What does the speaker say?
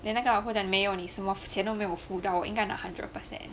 then 那个老婆讲没有你什么钱都没有付到我应该拿 one hundred percent